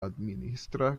administra